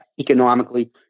economically